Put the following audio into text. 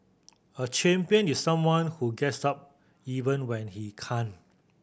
a champion is someone who gets up even when he can't